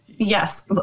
Yes